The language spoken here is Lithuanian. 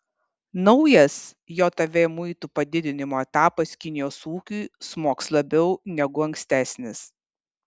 naujas jav muitų padidinimo etapas kinijos ūkiui smogs labiau negu ankstesnis